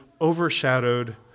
overshadowed